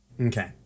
okay